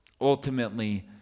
ultimately